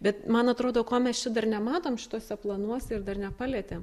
bet man atrodo ko mes čia dar nematom šituose planuose ir dar nepalietėm